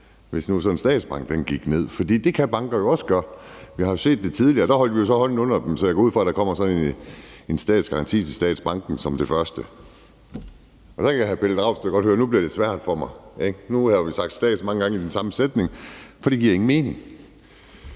hvis nu sådan en statsbank gik ned. For det kan banker jo også godt. Vi har jo set det tidligere. Der holdt vi jo så hånden under dem, så jeg går ud fra, at der kommer sådan en statsgaranti til statsbanken som det første. Hr. Pelle Dragsted kan godt høre, at nu bliver det svært for mig, ikke? Nu har vi sagt stat så mange gange i den samme sætning, at det ikke giver mening.